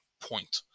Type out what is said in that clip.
point